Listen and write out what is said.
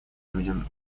людям